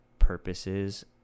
Purposes